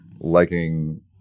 Liking